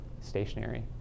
stationary